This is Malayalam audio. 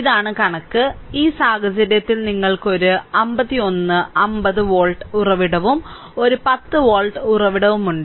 ഇതാണ് കണക്ക് ഈ സാഹചര്യത്തിൽ നിങ്ങൾക്ക് ഒരു 51 50 വോൾട്ട് ഉറവിടവും ഒരു 10 വോൾട്ട് ഉറവിടവുമുണ്ട്